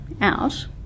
out